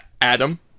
adam